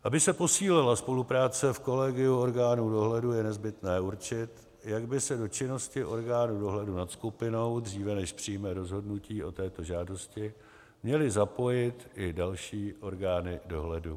Aby se posílila spolupráce v kolegiu orgánů dohledu, je nezbytné určit, jak by se do činnosti orgánu dohledu nad skupinou, dříve než přijme rozhodnutí o této žádosti, měly zapojit i další orgány dohledu.